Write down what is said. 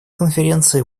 конференцией